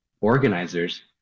organizers